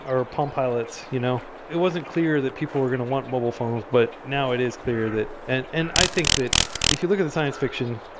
or palm pilots. you know it wasn't clear that people were going to want mobile phones, but now it is clear. and and i think that if you look at the science fiction,